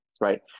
right